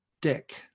dick